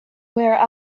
where